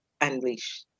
unleash